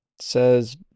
says